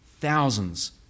thousands